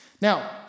Now